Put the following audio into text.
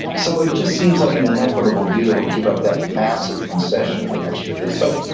so it just seems like an inequitable deal. give up that massive concession of an extra day so,